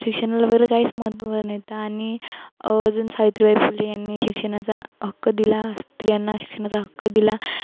शिक्षणाला वगैरे काहीच महत्त्व नव्हतं आणि अजून सावित्रीबाई फुले यांनी शिक्षणाचा हक्क दिला स्त्रियांना शिक्षणाचा हक्क दिला